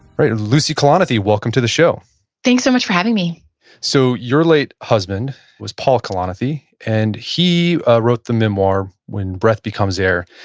right. and lucy kalanathi, welcome to the show thanks so much for having me so your late husband was paul kalanathi, and he wrote the memoir when breath becomes air.